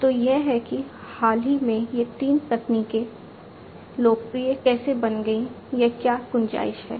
तो यह है कि हाल ही में ये तीन तकनीकें लोकप्रिय कैसे बन गई हैं या क्या गुंजाइश है